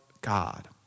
God